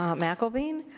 um mcelveen.